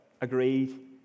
agreed